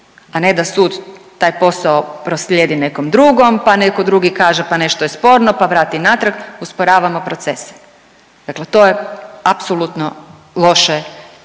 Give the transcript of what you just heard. a ne da sud taj posao proslijedi nekom drugom, pa netko drugi kaže pa nešto je sporno pa vrati natrag. Usporavamo procese, dakle to je apsolutno loše